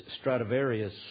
Stradivarius